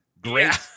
great